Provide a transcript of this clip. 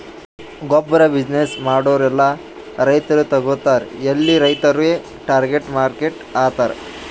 ಗೊಬ್ಬುರ್ ಬಿಸಿನ್ನೆಸ್ ಮಾಡೂರ್ ಎಲ್ಲಾ ರೈತರು ತಗೋತಾರ್ ಎಲ್ಲಿ ರೈತುರೇ ಟಾರ್ಗೆಟ್ ಮಾರ್ಕೆಟ್ ಆತರ್